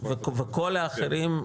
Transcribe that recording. וכל האחרים?